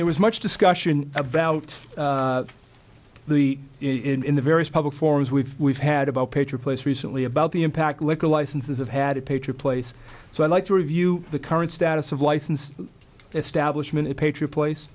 there was much discussion about the in the various public forums we've we've had about picher place recently about the impact liquor licenses have had a picture place so i'd like to review the current status of licensed establishment in patriot place